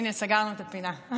הינה, סגרנו את הפינה.